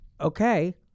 Okay